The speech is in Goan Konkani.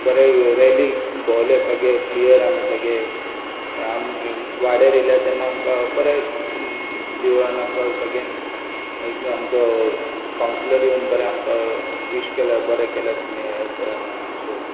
बरे रॅलीक भोंवले सगळे प्लेयर आमी सगळे वाड्यार येले तेन्ना आमकां बरे देवळान आमकां सगळ्यांक आमचो कावन्स्लर येवन बरे आमकां वीश केले बरे केल्यात तुमी हें तें अशें